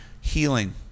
Healing